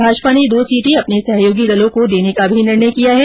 भाजपा ने दो सीटे अपने सहयोगी दलों को देने का भी निर्णेय किया है